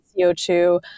CO2